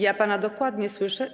Ja pana dokładnie słyszę.